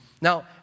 Now